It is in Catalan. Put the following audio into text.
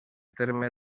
terme